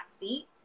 seat